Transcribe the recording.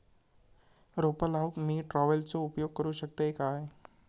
रोपा लाऊक मी ट्रावेलचो उपयोग करू शकतय काय?